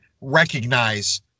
recognize